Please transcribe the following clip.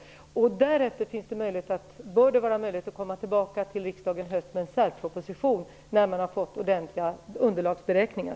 Därefter bör det vara möjligt att komma tillbaka till riksdagen till hösten med en särproposition när man har fått ordentliga underlagsberäkningar.